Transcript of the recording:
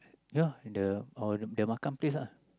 ya at the our the Makan Place lah